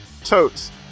Totes